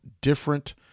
different